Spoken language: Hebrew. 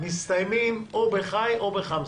מסתיימים או בח"י או בחמסה.